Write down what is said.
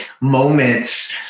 moments